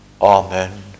Amen